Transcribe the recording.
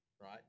right